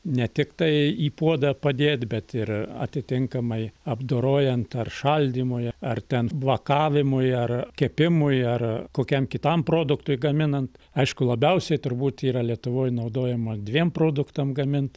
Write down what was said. ne tik tai į puodą padėt bet ir atitinkamai apdorojant ar šaldymui ar ten vakavimui ar kepimui ar kokiam kitam produktui gaminant aišku labiausiai turbūt yra lietuvoj naudojama dviem produktam gamint